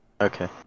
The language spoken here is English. Okay